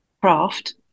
craft